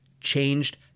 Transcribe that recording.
changed